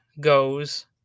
goes